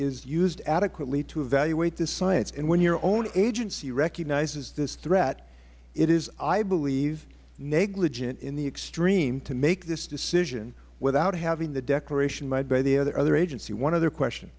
is used adequately to evaluate this science and when your own agency recognizes this threat it is i believe negligent in the extreme to make this decision without having the declaration by the other agency one other question